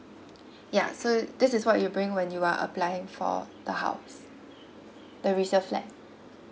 ya so this is what you bring when you are applying for the house the resale flat